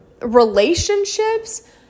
relationships